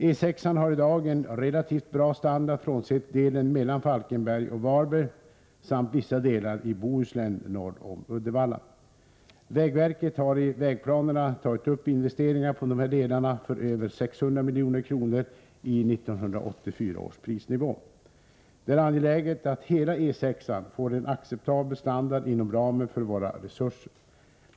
E 6-an har i dag en relativt bra standard frånsett delen mellan Falkenberg och Varberg samt vissa delar i Bohuslän norr om Uddevalla. Vägverket har i vägplanerna tagit upp investeringar på dessa delar för över 700 milj.kr. i 1984 års prisnivå. Det är angeläget att hela E 6-an får en acceptabel standard inom ramen för våra resurser.